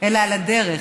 אלא על הדרך.